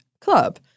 Club